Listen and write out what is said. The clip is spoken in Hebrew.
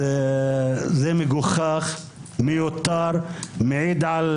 זה מגוחך, מיותר, מעיד על